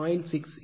6 75 KVA